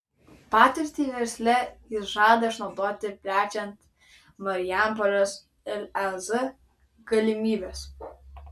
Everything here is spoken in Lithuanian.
patirtį versle jis žada išnaudoti plečiant marijampolės lez galimybes